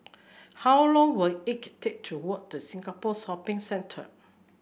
how long will it take to walk to Singapore Shopping Centre